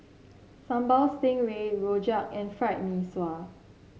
Sambal Stingray Rojak and Fried Mee Sua